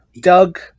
Doug